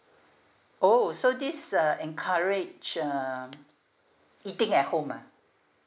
oh so this uh encourage um eating at home ah